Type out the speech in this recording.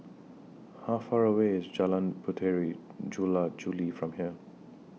How Far away IS Jalan Puteri Jula Juli from here